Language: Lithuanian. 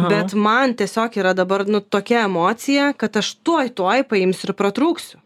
bet man tiesiog yra dabar nu tokia emocija kad aš tuoj tuoj paimsiu ir pratrūksiu